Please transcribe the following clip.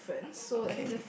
okay